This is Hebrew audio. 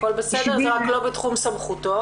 הכול בסדר, רק לא בתחום סמכותו.